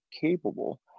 capable